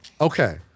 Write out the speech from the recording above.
Okay